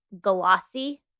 glossy